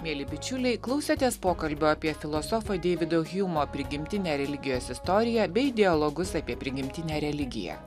mieli bičiuliai klausėtės pokalbio apie filosofo deivido hjumo prigimtinę religijos istoriją bei dialogus apie prigimtinę religiją